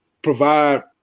Provide